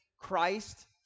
Christ